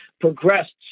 progressed